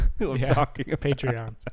Patreon